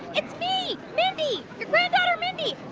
it's me, mindy, your granddaughter mindy.